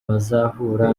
bazahura